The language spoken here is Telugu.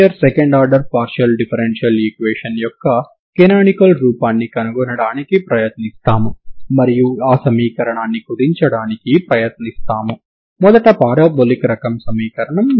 సెమీ ఇన్ఫినిటీ లైన్ లో 0 నుండి ∞ వరకు వున్న ప్రారంభ మరియు సరిహద్దు సమాచారం కలిగిన తరంగ సమీకరణం కి చెందిన సమస్యలను నేను మరింత సాధారణ విధానంలో మళ్లీ చేయడానికి ప్రయత్నిస్తాను సరేనా